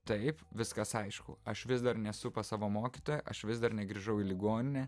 taip viskas aišku aš vis dar nesu pas savo mokytoją aš vis dar negrįžau į ligoninę